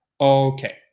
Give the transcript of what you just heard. Okay